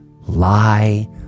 lie